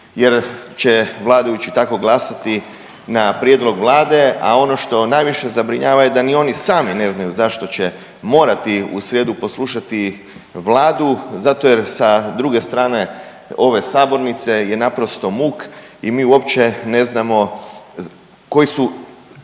jer će vladajući tako glasati na prijedlog Vlade, a ono što najviše zabrinjava je da ni oni sami ne znaju zašto će morati u srijedu poslušati Vladu. Zato jer sa druge strane ove sabornice je naprosto muk i mi uopće ne znamo koji su